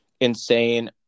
insane